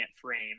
frame